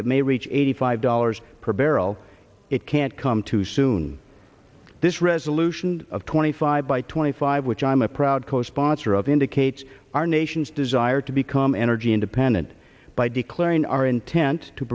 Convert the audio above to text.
that may reach eighty five dollars per barrel it can't come too soon this resolution of twenty five by twenty five which i'm a proud co sponsor of indicates our nation's desire to become energy independent by declaring our intent to